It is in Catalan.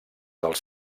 dels